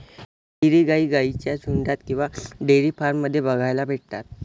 dairy गाई गाईंच्या झुन्डात किंवा डेयरी फार्म मध्ये बघायला भेटतात